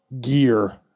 gear